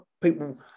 people